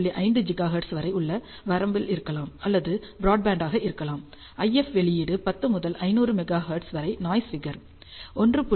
5 gigahertz வரை உள்ள வரம்பில் இருக்கலாம் அல்லது பிராட்பேண்ட் ஆக இருக்கலாம் IF வெளியீடு 10 முதல் 500 மெகா ஹெர்ட்ஸ் வரை நாய்ஸ் ஃபிகர் 1